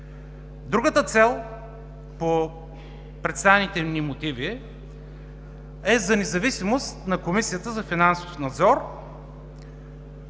Другата цел по представените ни мотиви е за независимост на Комисията за финансов надзор,